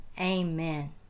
amen